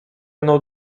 mną